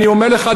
אני אומר לך,